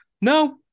no